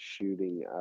shooting